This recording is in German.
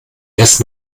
erst